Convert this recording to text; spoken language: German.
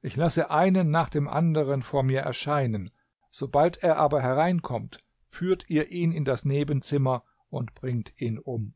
ich lasse einen nach dem anderen vor mir erscheinen sobald er aber hereinkommt führt ihr ihn in das nebenzimmer und bringt ihn um